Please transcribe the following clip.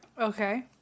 Okay